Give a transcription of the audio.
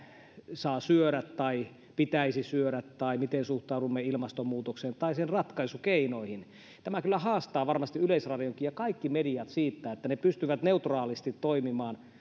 saa syödä tai pitäisi syödä tai miten suhtaudumme ilmastonmuutokseen tai sen ratkaisukeinoihin tämä kyllä haastaa varmasti yleisradionkin ja kaikki mediat siihen että ne pystyvät neutraalisti toimimaan